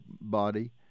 body